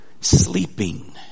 sleeping